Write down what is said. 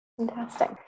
Fantastic